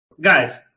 guys